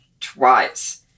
Twice